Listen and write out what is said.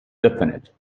definite